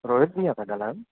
रोहित भैया था ॻाल्हायो